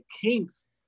kinks